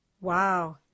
Wow